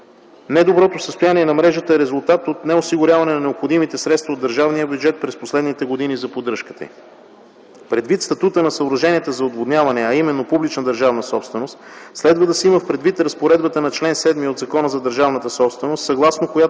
Недоброто състояние на мрежата е резултат от неосигуряване на необходимите средства от държавния бюджет през последните години за поддръжката й. Предвид статута на съоръженията за отводняване, а именно публична държавна собственост, следва да се има предвид разпоредбата на чл. 7 от Закона за държавната собственост, съгласно която